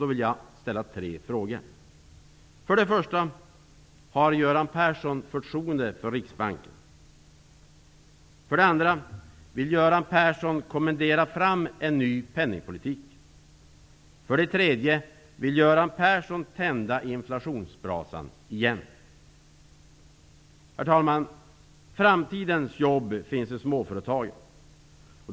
Då vill jag ställa tre frågor. För det första: Har Göran Persson förtroende för Riksbanken? För det andra: Vill Göran Persson kommendera fram en ny penningpolitik? För det tredje: Vill Göran Persson tända inflationsbrasan igen? Herr talman! Framtidens jobb finns i småföretagen.